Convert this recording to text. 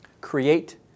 Create